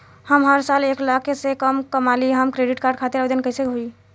हम हर साल एक लाख से कम कमाली हम क्रेडिट कार्ड खातिर आवेदन कैसे होइ?